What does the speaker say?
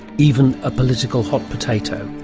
even a political hot potato?